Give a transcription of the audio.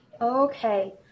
Okay